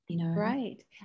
Right